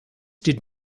did